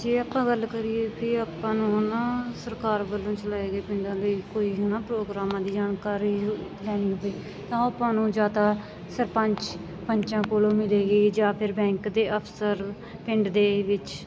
ਜੇ ਆਪਾਂ ਗੱਲ ਕਰੀਏ ਤਾਂ ਆਪਾਂ ਨੂੰ ਹੈ ਨਾ ਸਰਕਾਰ ਵੱਲੋਂ ਚਲਾਏ ਗਏ ਪਿੰਡਾਂ ਦੇ ਕੋਈ ਨਾ ਪ੍ਰੋਗਰਾਮਾਂ ਦੀ ਜਾਣਕਾਰੀ ਲੈਣੀ ਹੋਵੇ ਤਾਂ ਆਪਾਂ ਨੂੰ ਜ਼ਿਆਦਾ ਸਰਪੰਚ ਪੰਚਾਂ ਕੋਲੋਂ ਮਿਲੇਗੀ ਜਾਂ ਫਿਰ ਬੈਂਕ ਦੇ ਅਫਸਰ ਪਿੰਡ ਦੇ ਵਿੱਚ